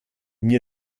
mir